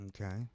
Okay